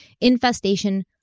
infestation